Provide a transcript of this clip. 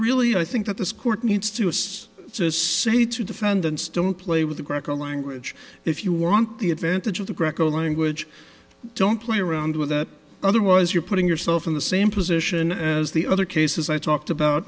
really i think that this court needs to assess just say two defendants don't play with the greco language if you want the advantage of the greco language don't play around with that otherwise you're putting yourself in the same position as the other cases i talked about